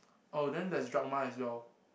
oh then there's Dragma as well